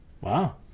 Wow